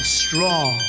strong